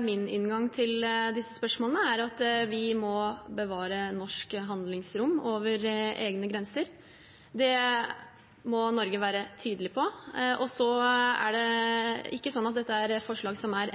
Min inngang til disse spørsmålene er at vi må bevare norsk handlingsrom over egne grenser. Det må Norge være tydelig på. Så er ikke dette et forslag som er